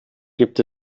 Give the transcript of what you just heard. gibt